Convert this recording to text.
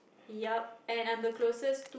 yup I'm closest to